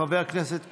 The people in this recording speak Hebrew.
חבר הכנסת קושניר,